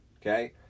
Okay